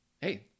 Hey